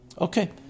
Okay